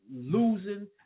losing